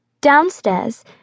Downstairs